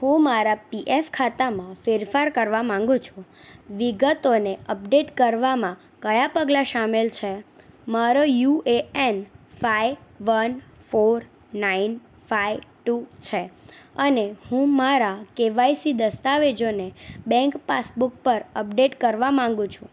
હું મારા P F ખાતામાં ફેરફાર કરવા માંગું છું વિગતોને અપડેટ કરવામાં કયાં પગલાં સામેલ છે મારો U A N five one four nine five two છે અને હું મારા કેવાયસી દસ્તાવેજોને બેંક પાસબુક પર અપડેટ કરવા માંગું છું